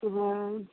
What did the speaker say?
तऽ हाँ